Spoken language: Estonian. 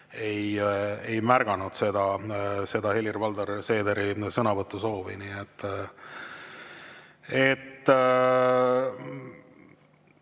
ei märganud Helir-Valdor Seederi sõnavõtusoovi.